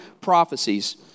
prophecies